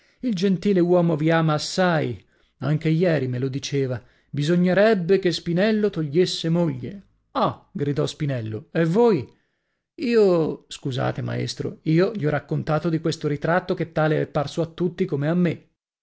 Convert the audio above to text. il gentile uomo vi ama assai anche ieri me lo diceva bisognerebbe che spinello togliesse moglie ah gridò spinello e voi io scusate maestro io gli ho raccontato di questo ritratto che tale è parso a tutti come a me